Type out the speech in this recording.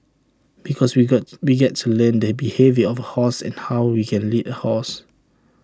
because we got we get to learn the behaviour of horse and how we can lead A horse